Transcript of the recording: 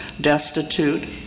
destitute